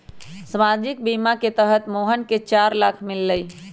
सामाजिक बीमा के तहत मोहन के चार लाख मिललई